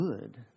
good